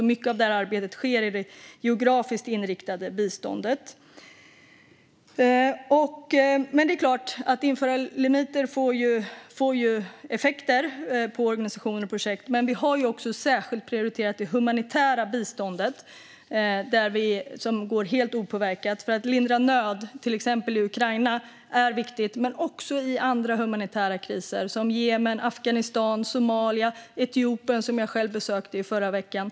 Mycket av arbetet sker i det geografiskt inriktade biståndet. Att införa limiter får effekter på organisationer och projekt. Men vi har också särskilt prioriterat det humanitära biståndet, som går helt opåverkat. Att lindra nöd i till exempel Ukraina är viktigt, men det gäller också för andra humanitära kriser, som i Jemen, Afghanistan, Somalia och Etiopien, som jag själv besökte i förra veckan.